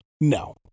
no